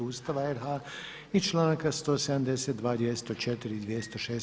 Ustava RH i članka 172., 204. i 206.